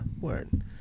Word